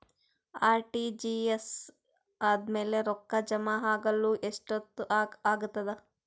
RTGS ಆದ್ಮೇಲೆ ರೊಕ್ಕ ಜಮಾ ಆಗಲು ಎಷ್ಟೊತ್ ಆಗತದ?